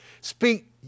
Speak